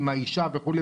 עם האישה וכו',